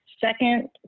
Second